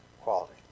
quality